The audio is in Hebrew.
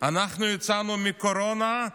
כשאנחנו יצאנו מהקורונה,